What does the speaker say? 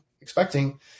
expecting